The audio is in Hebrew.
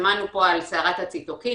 שמענו פה על סערת הציטוקינים,